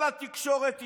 כל התקשורת איתכם,